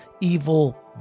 evil